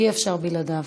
אי-אפשר בלעדיו.